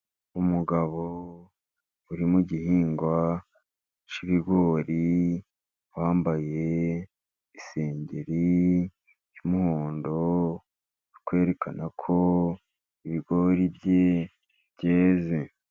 Umugabo uri mu gihingwa k'ibigori, wambaye isengeri y'umuhondo, uri kwerekana ko ibigori bye byeze.